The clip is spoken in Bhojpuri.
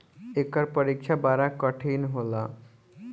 एकर परीक्षा बड़ा कठिन होला